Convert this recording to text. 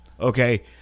okay